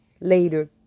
later